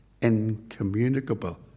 incommunicable